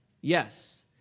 Yes